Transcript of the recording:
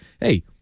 hey